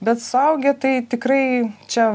bet suaugę tai tikrai čia